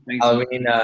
Halloween